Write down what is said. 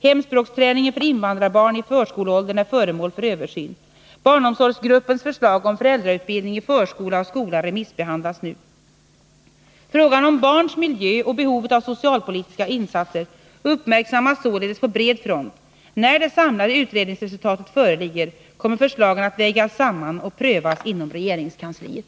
Hemspråksträningen för invandrarbarn i förskoleåldern är föremål för översyn. Barnomsorgsgruppens förslag om föräldrautbildning i förskola och skola remissbehandlas nu. Frågan om barns miljö och behovet av socialpolitiska insatser uppmärksammas således på bred front. När det samlade utredningsresultatet föreligger kommer förslagen att vägas samman och prövas inom regeringskansliet.